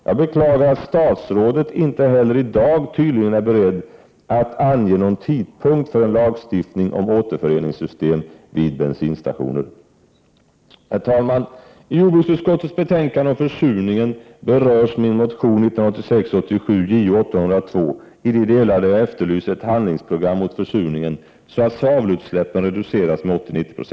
Jag beklagar att statsrådet tydligen inte heller i dag är beredd att ange någon tidpunkt för en lagstiftning om återföringssystem vid bensinstationer. Herr talman! I jordbruksutskottets betänkande om försurningen berörs min motion 1986/87:J0802 i de delar där jag efterlyser ett handlingsprogram mot försurningen så att svavelutsläppen reduceras med 80-90 20.